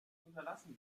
unterlassen